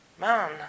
Man